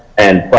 and